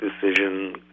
decision